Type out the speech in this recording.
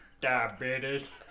Diabetes